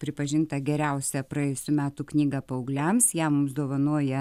pripažinta geriausia praėjusių metų knyga paaugliams ją mums dovanoja